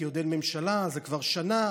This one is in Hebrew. כי עוד אין ממשלה כבר שנה,